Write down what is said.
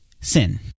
sin